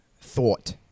thought